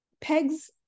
Peg's